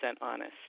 honest